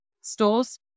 stores